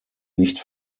nicht